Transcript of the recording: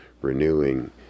renewing